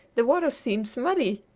the water seems muddy.